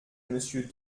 monsieur